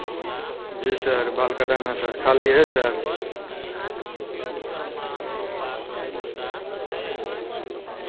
जी sir बाल कटाना था खाली है सर